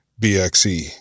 BXE